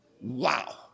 Wow